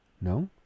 No